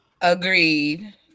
Agreed